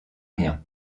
rien